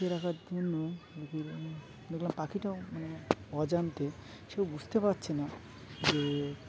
শিয়ে রাখার জন্য দেখলাম পাখিটাও মানে অজান্তে সেও বুঝতে পারছে না যে